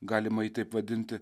galima taip vadinti